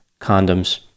condoms